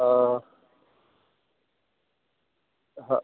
हो हो हो